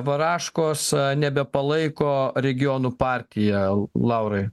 varaškos nebepalaiko regionų partija laurai